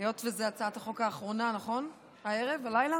היות שזאת הצעת החוק האחרונה, נכון, הערב, הלילה.